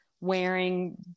wearing